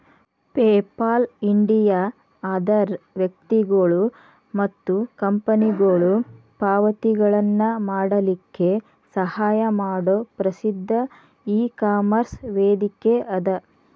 PayPal India ಅದರ್ ವ್ಯಕ್ತಿಗೊಳು ಮತ್ತ ಕಂಪನಿಗೊಳು ಪಾವತಿಗಳನ್ನ ಮಾಡಲಿಕ್ಕೆ ಸಹಾಯ ಮಾಡೊ ಪ್ರಸಿದ್ಧ ಇಕಾಮರ್ಸ್ ವೇದಿಕೆಅದ